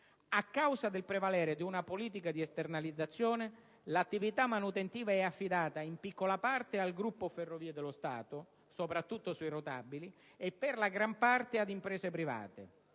A causa del prevalere di una politica di esternalizzazione, l'attività manutentiva è affidata in piccola parte al gruppo Ferrovie dello Stato (soprattutto sui rotabili) e per la gran parte ad imprese private.